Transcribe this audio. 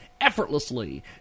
effortlessly